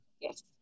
Yes